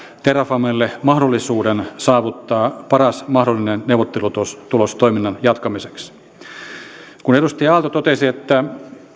terrafamelle mahdollisuuden saavuttaa paras mahdollinen neuvottelutulos toiminnan jatkamiseksi edustaja aalto totesi että